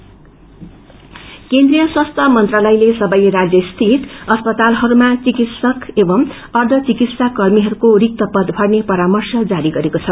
help केन्द्रिय स्वास्थ्य मंत्रालयले सबै राज्यमा स्थित अस्पतालहरूमा चिकित्सक एवम् अर्घचिकित्सा कर्मीहरूको रिक्त पद भर्ने परार्मश्रा जारी गरेको छ